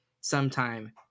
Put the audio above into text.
sometime